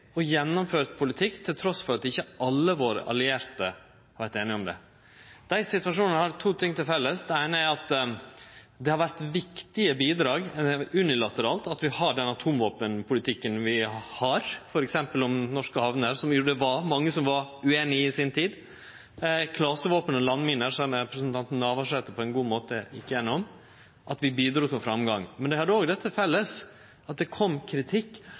og gjennomført politikk, trass i at ikkje alle våre allierte var einige i det. Dei situasjonane har to ting til felles. Det eine er at det har vore viktige bidrag, unilateralt, til at vi har den atomvåpenpolitikken vi har, f.eks. i samband med norske hamner – som det i si tid var mange som var ueinige i – og når det gjeld klasevåpen og landminer, som representanten Navarsete på ein god måte gjekk gjennom, bidrog vi til framgang. Men det har også det til felles at det kom kritikk,